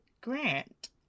Grant